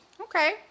Okay